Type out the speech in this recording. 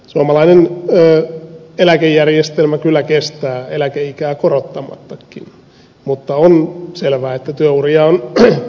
suomalainen eläkejärjestelmä kyllä kestää eläkeikää korottamattakin mutta on selvää että työuria on pidennettävä